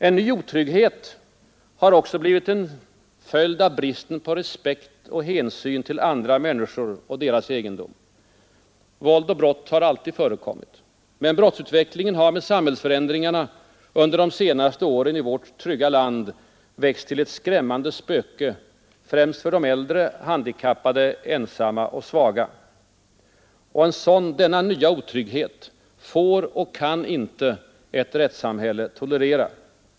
En ny otrygghet har också blivit en följd av bristen på respekt och hänsyn till andra människor och deras egendom. Våld och brott har alltid förekommit. Men brottsutvecklingen har med samhällsförändringarna under de senaste åren i vårt trygga land växt till ett skrämmande spöke, främst för de äldre, handikappade, ensamma och svaga. Denna nya otrygghet får och kan inte ett rättssamhälle tolerera.